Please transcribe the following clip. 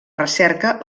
recerca